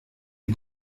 die